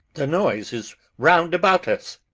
the noise is round about us.